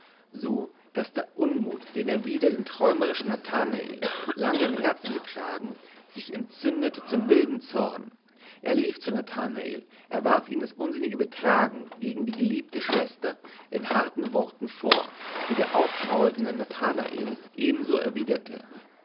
so daß der unmut den er wider den träumerischen nathanael lange im herzen getragen sich entzündete zum wilden zorn er lief zu nathanael er warf ihm das unsinnige betragen gegen die geliebte schwester in harten worten vor die der aufbrausende nathanael ebenso erwiderte